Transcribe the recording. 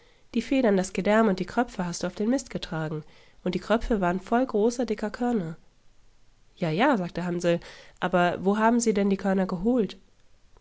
die federn das gedärm und die kröpfe hast du auf den mist getragen und die kröpfe waren voll großer dicker körner jaja sagte hansl aber wo haben sie denn die körner geholt